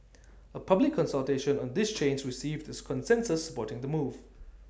A public consultation on this change received A consensus supporting the move